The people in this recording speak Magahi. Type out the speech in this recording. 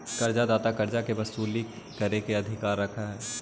कर्जा दाता कर्जा के वसूली करे के अधिकार रखऽ हई